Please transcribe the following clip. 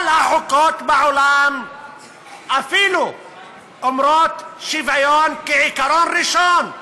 כל החוקות בעולם אפילו אומרות: שוויון כעיקרון ראשון,